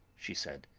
she said,